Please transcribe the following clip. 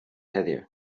heddiw